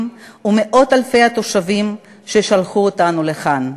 ומאות-אלפי תושבים ששלחו אותנו לכאן.